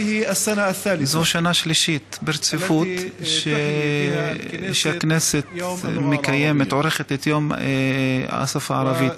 זו השנה השלישית ברציפות שהכנסת מקיימת ועורכת את יום השפה הערבית.